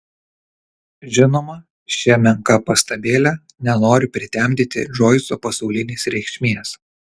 žinoma šia menka pastabėle nenoriu pritemdyti džoiso pasaulinės reikšmės